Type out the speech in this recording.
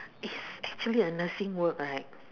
is actually a nursing work right